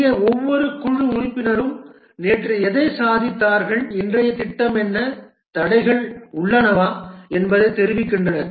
இங்கே ஒவ்வொரு குழு உறுப்பினரும் நேற்று எதைச் சாதித்தார்கள் இன்றைய திட்டம் என்ன ஏதேனும் தடைகள் உள்ளனவா என்பதைத் தெரிவிக்கின்றனர்